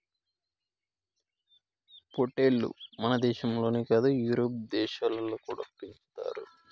పొట్టేల్లు మనదేశంలోనే కాదు యూరోప్ దేశాలలో కూడా పెంచుతారట